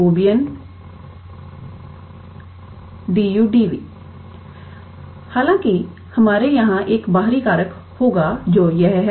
𝑑𝑢𝑑𝑣 हालाँकि हमारे यहाँ एक बाहरी कारक होगा जो यह है